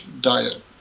diet